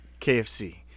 KFC